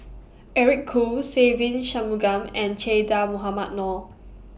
Eric Khoo Se Ve Shanmugam and Che Dah Mohamed Noor